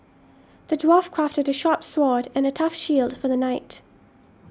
the dwarf crafted a sharp sword and a tough shield for the knight